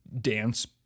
dance